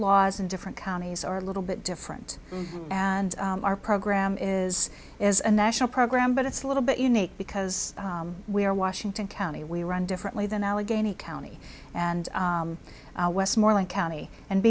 laws in different counties are little bit different and our program is is a national program but it's a little bit unique because we are washington county we run differently than allegheny county and westmoreland county and